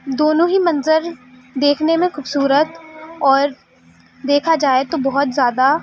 دونوں ہی منظر دیکھنے میں خوبصورت اور دیکھا جائے تو بہت زیادہ